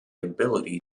ability